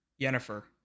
Jennifer